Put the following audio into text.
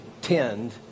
tend